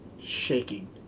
shaking